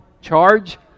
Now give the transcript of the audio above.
Charge